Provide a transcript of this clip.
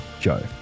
joe